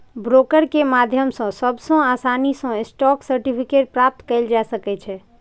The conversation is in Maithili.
ब्रोकर के माध्यम सं सबसं आसानी सं स्टॉक सर्टिफिकेट प्राप्त कैल जा सकै छै